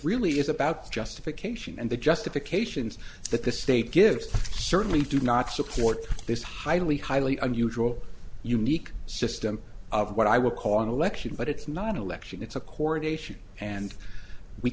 really is about justification and the justifications that the state gives certainly do not support this highly highly unusual unique system of what i would call an election but it's not an election it's a coronation and we